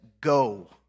go